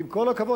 עם כל הכבוד,